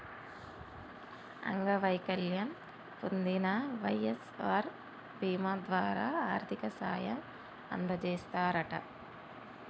అంగవైకల్యం పొందిన వై.ఎస్.ఆర్ బీమా ద్వారా ఆర్థిక సాయం అందజేస్తారట